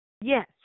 Yes